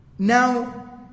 Now